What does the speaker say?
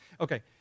Okay